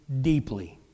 deeply